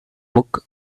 book